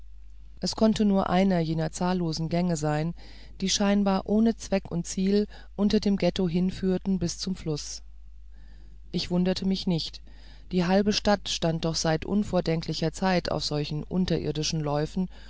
es konnte nur einer jener zahllosen gänge sein die scheinbar ohne zweck und ziel unter dem ghetto hinführen bis zum fluß ich wunderte mich nicht die halbe stadt stand doch seit unvordenklichen zeiten auf solchen unterirdischen läuften